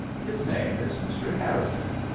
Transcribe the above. his name is mr. harrison.